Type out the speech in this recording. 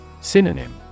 Synonym